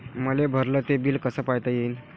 मले भरल ते बिल कस पायता येईन?